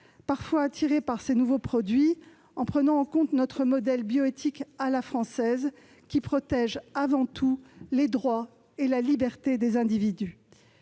parfois attirés par ces nouveaux produits, en prenant en compte notre modèle bioéthique à la française, qui protège avant tout les droits et la liberté des individus.